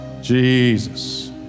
Jesus